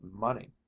money